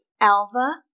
Alva